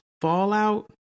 fallout